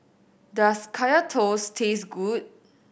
does Kaya Toast taste good